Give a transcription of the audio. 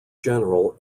general